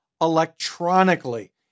electronically